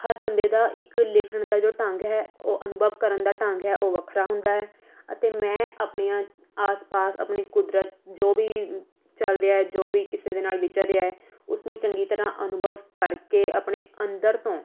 ਹਰ ਬੰਦੇ ਦਾ ਇੱਕ ਲਿਖਣ ਦਾ ਜੋ ਢੰਗ ਹੈ ਉਹ ਅਨੁਭਵ ਕਰਨ ਦਾ ਢੰਗ ਹੈ ਉਹ ਵੱਖਰਾ ਹੁੰਦਾ ਹੈ ਅਤੇ ਮੈਂ ਆਪਣਿਆਂ ਆਸ ਪਾਸ ਆਪਣੀ ਕੁਦਰਤ ਜੋ ਵੀ ਚੱਲ ਰਿਹਾ ਹੈ ਜੋ ਵੀ ਕਿਸੇ ਦੇ ਨਾਲ ਵਿਚਰ ਰਿਹਾ ਹੈ ਉਸ ਨੂੰ ਚੰਗੀ ਤਰ੍ਹਾਂ ਅਨੁਭਵ ਕਰਕੇ ਆਪਣੇ ਅੰਦਰ ਤੋਂ